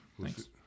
Thanks